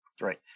Right